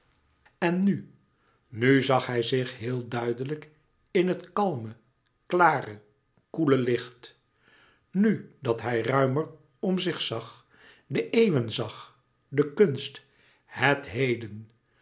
en nu nu zag hij zich heel duidelijk in het kalme klare koele licht nu dat hij ruimer om zich zag de eeuwen zag de kunst het heden